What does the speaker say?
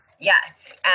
Yes